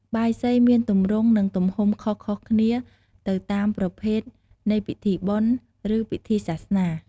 បាយសីមានទម្រង់ និងទំហំខុសៗគ្នាទៅតាមប្រភេទនៃពិធីបុណ្យ ឬពិធីសាសនា។